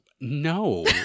no